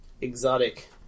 exotic